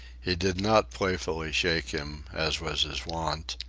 he did not playfully shake him, as was his wont,